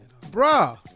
Bruh